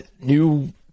new